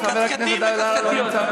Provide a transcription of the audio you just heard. חבר הכנסת אבו עראר,